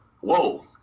Whoa